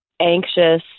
anxious